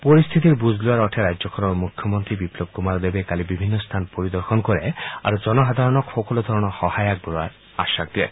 পৰিস্থিতিৰ বুজ লোৱাৰ অৰ্থে ৰাজ্যখনৰ মুখ্যমন্ত্ৰী বিপ্লৱ কুমাৰ দেৱে কালি বিভিন্ন স্থান পৰিদৰ্শন কৰে আৰু জনসাধাৰণক সকলোধৰণৰ সহায় আগবঢ়োৱাৰ আশ্বাস প্ৰদান কৰে